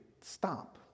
stop